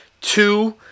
Two